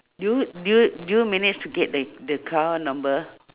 do you do you do you managed to get the the car number